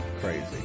crazy